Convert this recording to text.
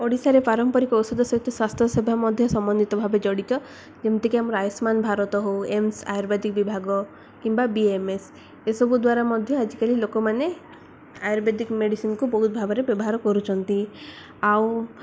ଓଡ଼ିଶାରେ ପାରମ୍ପରିକ ଔଷଧ ସହିତ ସ୍ୱାସ୍ଥ୍ୟ ସେବା ମଧ୍ୟ ସମଧିତ ଭାବେ ଜଡ଼ିତ ଯେମିତିକି ଆମର ଆୟୁଷ୍ମାନ ଭାରତ ହଉ ଏମ୍ସ ଆୟୁର୍ବେଦିକ ବିଭାଗ କିମ୍ବା ବି ଏମ ଏସ୍ ଏସବୁ ଦ୍ୱାରା ମଧ୍ୟ ଆଜିକାଲି ଲୋକମାନେ ଆୟୁର୍ବେଦିକ ମେଡ଼ିସିନ୍କୁ ବହୁତ ଭାବରେ ବ୍ୟବହାର କରୁଛନ୍ତି ଆଉ